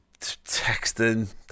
texting